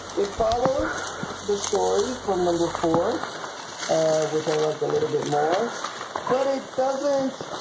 it follows the story from number four which i liked a little bit more but it doesn't